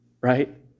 right